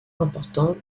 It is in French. importants